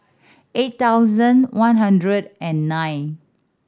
eight thousand one hundred and nine